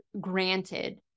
granted